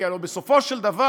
כי הרי בסופו של דבר,